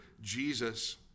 Jesus